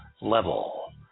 level